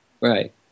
right